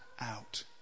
out